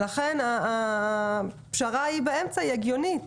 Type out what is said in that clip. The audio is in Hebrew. לכן הפשרה שאני מציעה היא הגיונית.